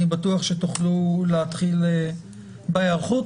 אני בטוח שתוכלו להתחיל בהיערכות.